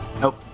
Nope